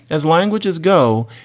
as languages go,